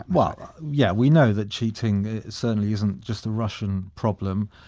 well, yeah, we know that cheating certainly isn't just a russian problem.